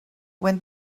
when